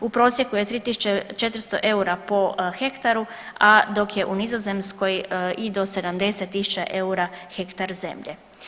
U prosjeku je 3400 eura po hektaru, a dok je u Nizozemskoj i do 70000 eura hektar zemlje.